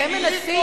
אתם מנסים,